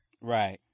Right